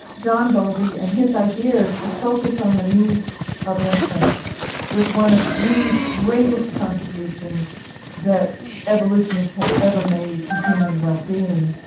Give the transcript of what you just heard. john bowlby and his ideas to focus on the needs of infants was one of the greatest contributions that evolutionists have ever made to human wellbeing.